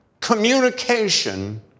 communication